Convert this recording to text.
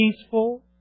Peaceful